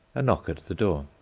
a knock at the door.